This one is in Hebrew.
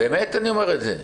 באמת אני אומר את זה.